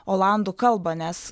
olandų kalbą nes